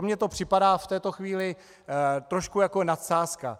Mně to připadá v této chvíli trošku jako nadsázka.